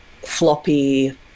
floppy